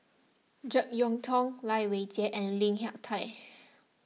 Jek Yeun Thong Lai Weijie and Lim Hak Tai